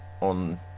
on